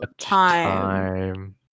time